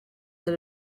that